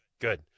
Good